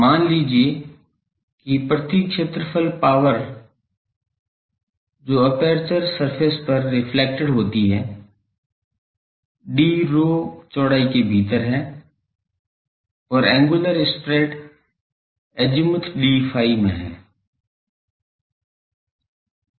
मान लीजिए कि प्रति क्षेत्रफल पावर जो एपर्चर सरफेस पर रिफ्लेक्टेड होती है d rho चौड़ाई के भीतर है और angular spread azimuth d phi में है